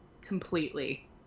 completely